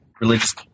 religious